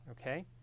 okay